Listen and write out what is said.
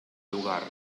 lugar